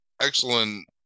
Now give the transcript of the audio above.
Excellent